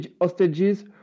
hostages